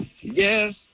yes